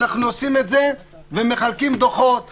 אנחנו עושים את זה ומחלקים דוחות באירועים,